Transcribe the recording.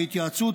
בהתייעצות